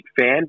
fan